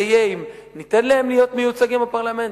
זה יהיה אם ניתן להם להיות מיוצגים בפרלמנט,